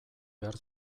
behar